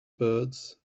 birds